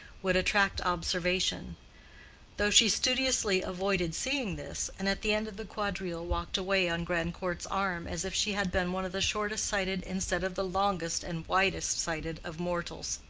would attract observation though she studiously avoided seeing this, and at the end of the quadrille walked away on grandcourt's arm as if she had been one of the shortest sighted instead of the longest and widest sighted of mortals.